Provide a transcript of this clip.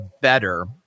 better